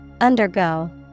Undergo